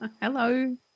Hello